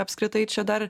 apskritai čia dar